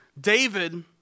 David